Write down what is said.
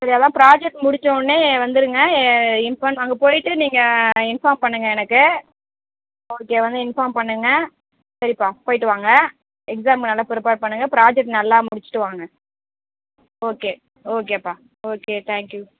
சரி அதுதான் ப்ராஜெக்ட் முடித்த உடனே வந்துவிடுங்க இன்ஃபார்ம் அங்கே போய்ட்டு நீங்கள் இன்ஃபார்ம் பண்ணுங்கள் எனக்கு ஓகே வந்து இன்ஃபார்ம் பண்ணுங்கள் சரிப்பா போய்ட்டு வாங்க எக்ஸாமுக்கு நல்லா பிரிப்பர் பண்ணுங்கள் ப்ராஜெக்ட் நல்லா முடிச்சிவிட்டு வாங்க ஓகே ஓகேப்பா ஓகே தேங்க்யூ